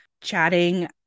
chatting